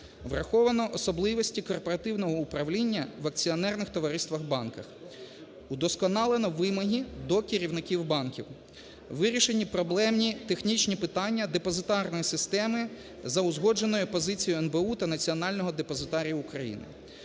Враховано особливості корпоративного управління в акціонерних товариствах банків. Удосконалено вимоги до керівників банків, вирішені проблемні технічні питання депозитарної системи за узгодженою позицією НБУ та Національного депозитарію України.